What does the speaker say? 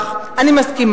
קשה.